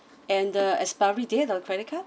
and the expiry date of credit card